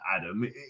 Adam